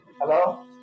Hello